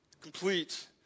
Complete